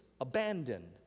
abandoned